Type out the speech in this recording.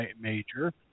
major